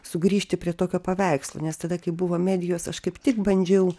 sugrįžti prie tokio paveikslo nes tada kai buvo medijos aš kaip tik bandžiau